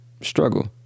struggle